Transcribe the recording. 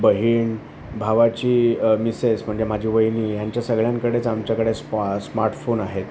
बहीण भावाची मिसेस म्हणजे माझी वहिनी ह्यांच्या सगळ्यांकडेच आमच्याकडे स् स्मार्टफोन आहेत